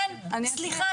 כן, סליחה.